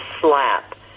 slap